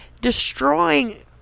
destroying